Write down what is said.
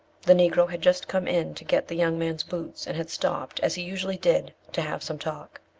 the negro had just come in to get the young man's boots, and had stopped, as he usually did, to have some talk.